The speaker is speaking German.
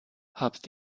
habt